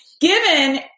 given